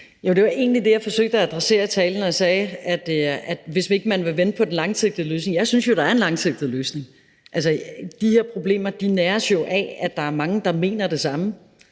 det var egentlig det, jeg forsøgte at adressere i talen, der handlede om, hvis ikke man vil vente på den langsigtede løsning, men jeg synes jo, at der er en langsigtet løsning. De her problemer næres jo af, at der er mange, der mener det samme